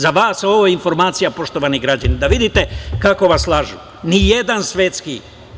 Za vas je ova informacija, poštovani građani, da vidite kako vas lažu, nijedan svetski.